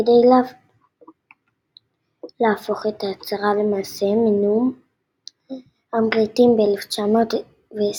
כדי להפוך את ההצהרה למעשה מינו הבריטים ב-1920